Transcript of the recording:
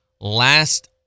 last